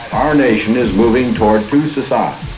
our nation is moving toward two societies,